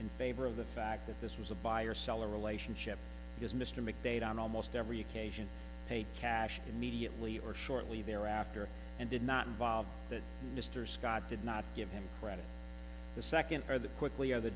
in favor of the fact that this was a buyer seller relationship because mr mcdaid on almost every occasion paid cash immediately or shortly thereafter and did not involve that mr scott did not give him credit the second or the quickly of the